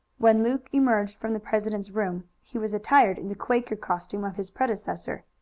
when luke emerged from the president's room he was attired in the quaker costume of his predecessor.